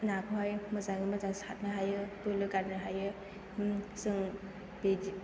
नाखौहाय मोजाङै मोजां सारनो हायो बोलो गारनो हायो जों बिदि